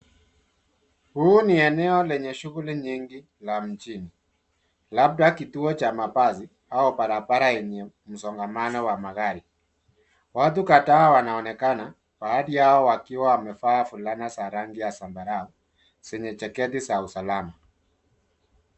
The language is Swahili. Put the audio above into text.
Huu ni eneo lenye shughuli nyingi la mjini labda kituo cha mabasi au barabara lenye msongamano wa magari. Watu kadhaa wanaonekana, baadhi yao wakiwa wamevaa fulana za rangi ya zambarau zenye jaketi za usalama.